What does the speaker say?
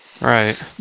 Right